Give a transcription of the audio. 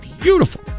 Beautiful